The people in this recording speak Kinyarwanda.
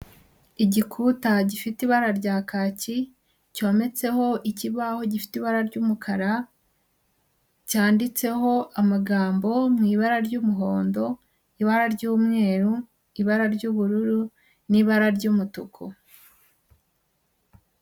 Igikuta gifite ibara rya kaki, cyometseho ikibaho gifite ibara ry'umukara cyanditseho amagambo mu ibara ry'umuhondo, ibara ry'umweru, ibara ry'ubururu n'ibara ry'umutuku.